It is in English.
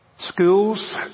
Schools